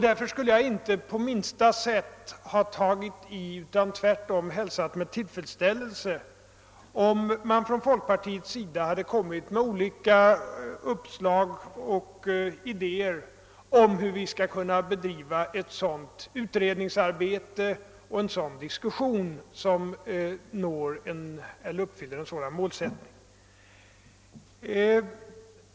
Därför skulle jag inte på minsta sätt rea gerat negativt utan hälsat med tillfredsställelse, om man från folkpartiets sida hade kommit med olika uppslag och idéer om hur vi skall bedriva ett sådant utredningsarbete och en diskussion om hur vi uppfyller skolans målsättning.